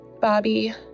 Bobby